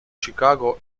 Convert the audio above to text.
chicago